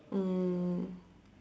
um